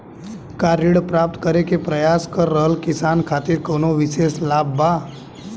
का ऋण प्राप्त करे के प्रयास कर रहल किसान खातिर कउनो विशेष लाभ बा?